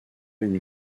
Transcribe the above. une